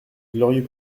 glorieux